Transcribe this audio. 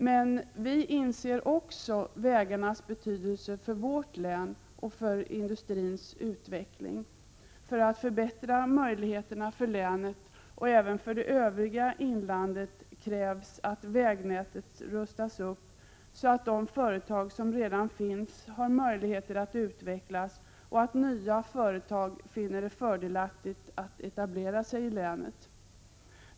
Vi inser emellertid också vägarnas betydelse för vårt län och för industrins utveckling. För att förbättra möjligheterna för länet och även för det övriga inlandet krävs att vägnätet rustas upp, så att de företag som redan finns får möjlighet att utvecklas och att nya företag finner det fördelaktigt att etablera sig i länet.